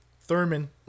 Thurman